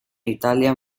italia